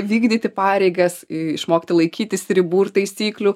vykdyti pareigas išmokti laikytis ribų ir taisyklių